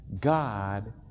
God